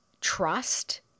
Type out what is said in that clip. trust